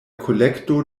kolekto